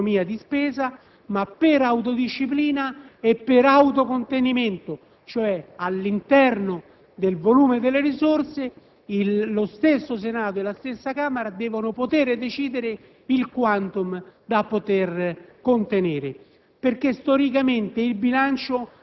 anche con forte economia di spesa, ma per autodisciplina e per autocontenimento: all'interno del volume delle risorse, cioè, lo stesso Senato e la stessa Camera devono poter decidere il *quantum* da poter contenere